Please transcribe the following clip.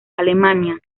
alemania